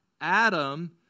Adam